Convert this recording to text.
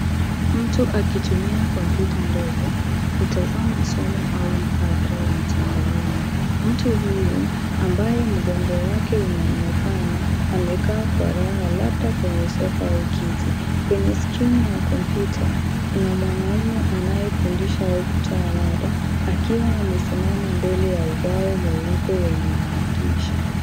Mtu akitumia komputa ndogo, kutazama somo au mhadhara wa mtandaoni. Mtu huyu ambaye mgongo wake unaonekana amekaa kwa raha labda kwenye sofa au kiti. Kwenye skrini ya komputa, kuna mwanaume anayefundisha au kutoa mada akiwa amesimama mbele ya ubao mweupe wenye maandishi.